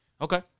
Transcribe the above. okay